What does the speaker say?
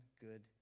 good